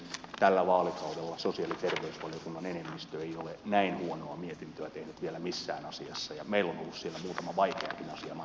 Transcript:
tällä vaalikaudella sosiaali ja terveysvaliokunnan enemmistö ei ole näin huonoa mietintöä tehnyt vielä missään asiassa ja meillä on ollut siellä muutama vaikeakin asia matkan varrella listalla